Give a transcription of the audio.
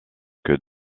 que